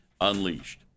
unleashed